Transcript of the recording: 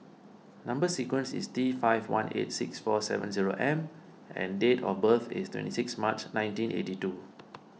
Number Sequence is T five one eight six four seven zero M and date of birth is twenty six March nineteen eighty two